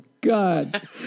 God